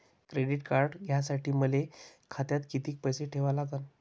Credit card घ्यासाठी मले खात्यात किती पैसे ठेवा लागन?